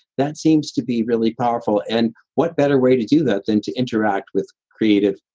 that seems to be really powerful. and what better way to do that then to interact with creative,